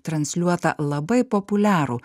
transliuotą labai populiarų